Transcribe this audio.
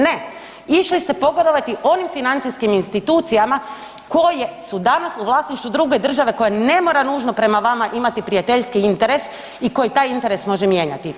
Ne, išli ste pogodovati onim financijskim institucijama koje su danas u vlasništvu druge države koja ne mora nužno prema vama imati prijateljski interes i koji taj interes može mijenjati.